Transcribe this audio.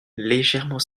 légèrement